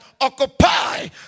occupy